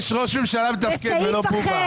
כי יש ראש ממשלה מתפקד ולא בובה.